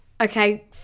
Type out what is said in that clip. Okay